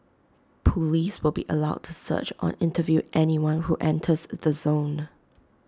Police will be allowed to search or interview anyone who enters the zone